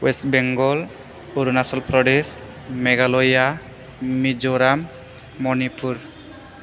west Bengal Arunachal Pradesh Meghalaya Mizoram Manipur